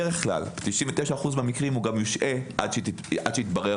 99% מהמקרים גם יושעה עד שיתברר